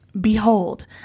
Behold